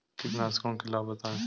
कीटनाशकों के लाभ बताएँ?